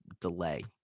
delay